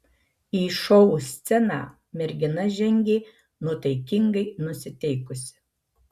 į šou sceną mergina žengė nuotaikingai nusiteikusi